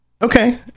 Okay